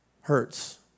hurts